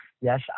Yes